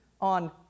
on